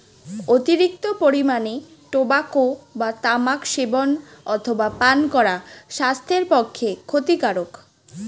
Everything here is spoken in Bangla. অতিরিক্ত পরিমাণে টোবাকো বা তামাক সেবন অথবা পান করা স্বাস্থ্যের পক্ষে ক্ষতিকারক